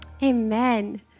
Amen